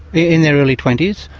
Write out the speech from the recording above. in their early twenty s.